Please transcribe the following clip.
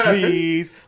Please